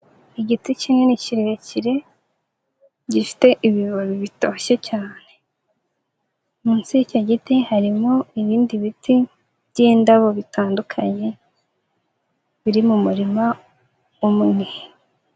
Igiti kinini kirekire, gifite ibibabi bitoshye cyane. Munsi y'icyo giti harimo ibindi biti by'indabo bitandukanye, biri mu murima umwe.